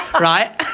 Right